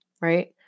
right